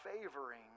favoring